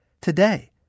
Today